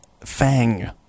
Fang